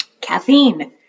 Caffeine